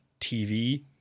tv